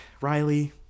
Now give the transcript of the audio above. riley